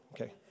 Okay